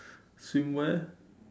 swimwear